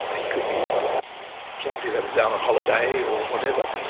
it could be somebody that was down on holiday or whatever.